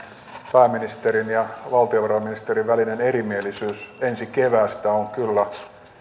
pääministerin ja valtiovarainministerin välinen erimielisyys ensi keväästä on kyllä